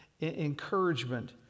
encouragement